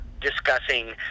discussing